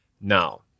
Now